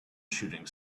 shooting